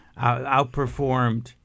Outperformed